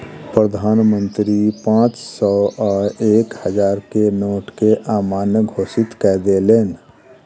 प्रधान मंत्री पांच सौ आ एक हजार के नोट के अमान्य घोषित कय देलैन